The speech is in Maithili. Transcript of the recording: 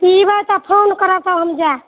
सिबए तऽ फोन करब तब हम जाएब